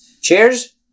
cheers